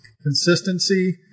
consistency